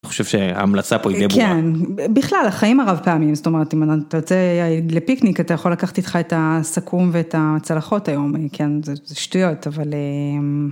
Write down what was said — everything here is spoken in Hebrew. אני חושב שההמלצה פה היא כן בכלל החיים הרב פעמים זאת אומרת אם אתה יוצא לפיקניק אתה יכול לקחת איתך את הסכו"ם ואת הצלחות היום כן זה שטויות אבל.